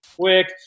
quick